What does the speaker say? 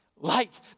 Light